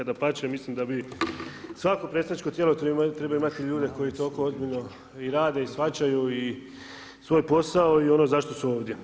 Dapače, mislim da bi svako predstavničko tijelo trebalo imati ljude koji toliko ozbiljno rade i shvaćaju i svoj posao i ono zašto su ovdje.